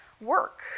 work